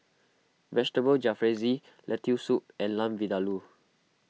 Vegetable Jalfrezi Lentil Soup and Lamb Vindaloo